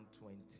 twenty